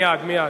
מייד, מייד.